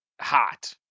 hot